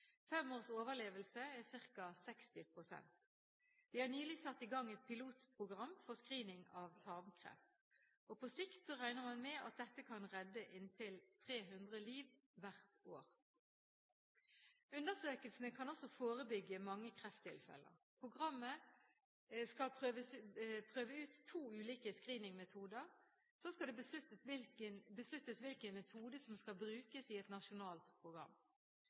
Fem års overlevelse er det for ca. 60 pst. Vi har nylig satt i gang et pilotprogram for screening av tarmkreft. På sikt regner man med at dette kan redde inntil 300 liv hvert år. Undersøkelsene kan også forebygge mange krefttilfeller. Programmet skal prøve ut to ulike screeningmetoder. Så skal det besluttes hvilken metode som skal brukes i et nasjonalt program.